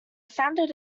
founded